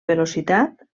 velocitat